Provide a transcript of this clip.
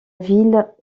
ville